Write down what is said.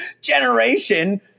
generation